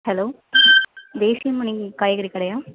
hello தேசிய மணி காய்கறி கடையா